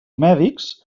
mèdics